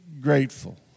grateful